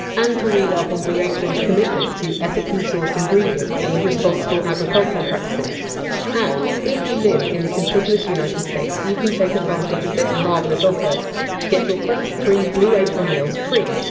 and to read up on blue apron! s commitment to ethically sourced ingredients and responsible agricultural practices and, if you live in the contiguous united states, you can take advantage of this marvellous offer get your first three blue apron meals free,